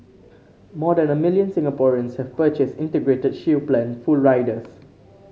more than a million Singaporeans have purchased Integrated Shield Plan full riders